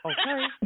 Okay